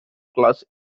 class